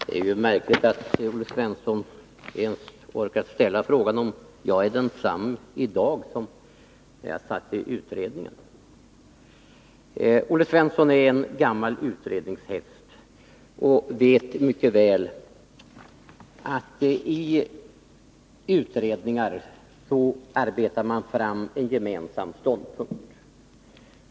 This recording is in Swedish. Herr talman! Det är märkligt att Olle Svensson över huvud taget orkar ställa frågan om jag är densamme i dag som när jag deltog i utredningsarbetet. Olle Svensson är en gammal utredningshäst och vet mycket väl att man i utredningar arbetar fram en gemensam ståndpunkt.